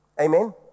Amen